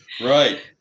Right